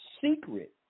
secret